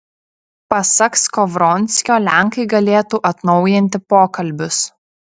pasak skovronskio lenkai galėtų atnaujinti pokalbius